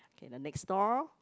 okay the next store